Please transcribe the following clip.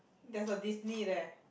there's a Disney leh